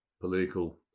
political